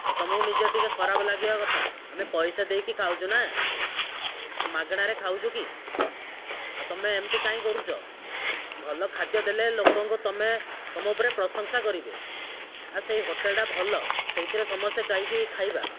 ଆଉ ତମକୁ ନିଜକୁ ଟିକେ ଖରାପ ଲାଗିବା କଥା ଆମେ ପଇସା ଦେଇକି ଖାଉଛୁ ନା ମାଗଣାରେ ଖାଉଛୁ କି ଆଉ ତମେ ଏମିତି କାହିଁ କରୁଛ ଭଲ ଖାଦ୍ୟ ଦେଲେ ଲୋକଙ୍କୁ ତମେ ତମ ଉପରେ ପ୍ରଶଂସା କରିବେ ଆଉ ସେହି ହୋଟେଲ ଟା ଭଲ ସେଇଥିରେ ସମସ୍ତେ ଯାଇକି ଖାଇବା